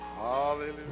Hallelujah